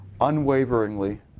unwaveringly